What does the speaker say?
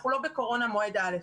אנחנו לא בקורונה מועד א'.